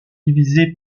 divisé